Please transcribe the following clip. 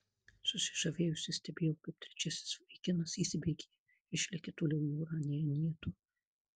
susižavėjusi stebėjau kaip trečiasis vaikinas įsibėgėja ir išlekia toliau į orą nei anie du